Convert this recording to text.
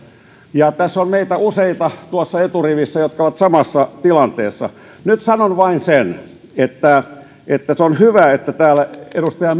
ja tässä on meitä useita tuossa eturivissä jotka ovat samassa tilanteessa nyt sanon vain sen että että on hyvä että täällä edustaja